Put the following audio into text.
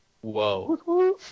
Whoa